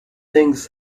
things